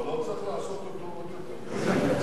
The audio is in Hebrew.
אבל לא צריך לעשות אותו עוד יותר כזה.